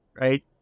right